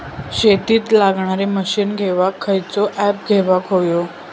शेतीक लागणारे मशीनी घेवक खयचो ऍप घेवक होयो?